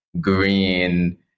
Green